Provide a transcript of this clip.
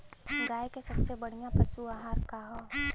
गाय के सबसे बढ़िया पशु आहार का ह?